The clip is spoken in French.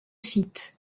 site